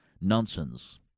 nonsense